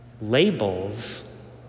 Labels